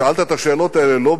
שאלת את השאלות האלה לא